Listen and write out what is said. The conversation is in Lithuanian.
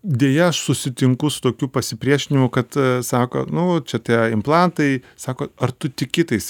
deja aš susitinku su tokiu pasipriešinimu kad sako nu čia tie implantai sako ar tu tiki tais